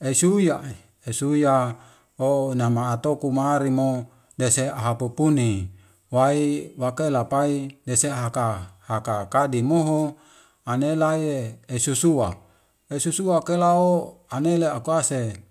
esuyai, esuyai o nama ato kumarimo dese ahapupuni wai wakela pai dese haka haka kadimoho anelaye esusua. Esusua kelao anele akuase.